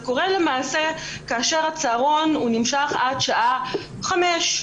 זה קורה כאשר הצהרון נמשך עד שעה חמש,